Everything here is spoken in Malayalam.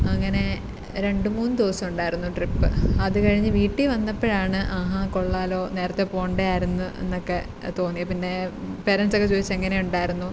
അങ്ങനെ രണ്ട് മൂന്ന് ദിവസമുണ്ടായിരുന്നു ട്രിപ്പ് അത് കഴിഞ്ഞു വീട്ടിൽ വന്നപ്പോഴാണ് ആഹാ കൊള്ളാമല്ലോ നേരത്തെ പോവണ്ടെയായിരുന്നു പിന്നെ പേരൻസൊക്കെ ചോദിച്ചു എങ്ങനെയുണ്ടായിരുന്നു